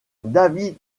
david